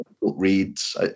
reads